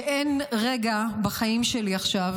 אין רגע בחיים שלי עכשיו,